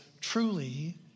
truly